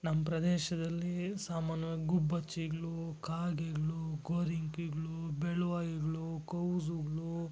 ನಮ್ಮ ಪ್ರದೇಶದಲ್ಲಿ ಸಾಮಾನ್ಯವಾಗಿ ಗುಬ್ಬಚ್ಚಿಗಳು ಕಾಗೆಗಳು ಗೋರಿಂಕೆಗಳು ಬೆಳ್ವಾಯಿಗಳು ಕೌಝುಗಳು